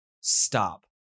stop